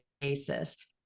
basis